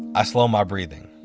i slow my breathing.